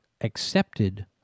accepted